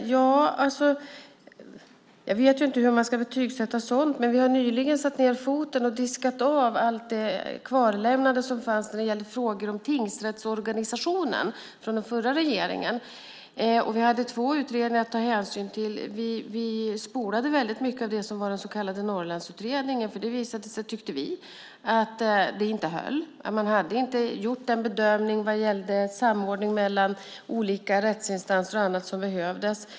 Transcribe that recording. Jag vet inte hur man ska betygsätta sådant, men vi har nyligen satt ned foten och diskat av allt det kvarlämnade som fanns när det gällde frågor om tingsrättsorganisationen från den förra regeringen. Vi hade två utredningar att ta hänsyn till. Vi spolade väldigt mycket av den så kallade Norrlandsutredningen, för det visade sig att det inte höll. Man hade inte gjort den bedömning vad gällde samordning mellan olika rättsinstanser och annat som behövdes.